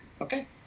okay